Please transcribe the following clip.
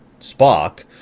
spock